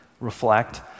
reflect